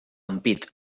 ampit